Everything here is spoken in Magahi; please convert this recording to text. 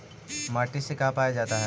माटी से का पाया जाता है?